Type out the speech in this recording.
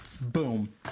Boom